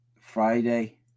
Friday